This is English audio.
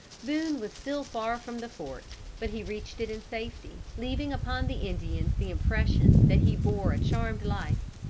boone was still far from the fort, but he reached it in safety, leaving upon the indians the impression that he bore a charmed life.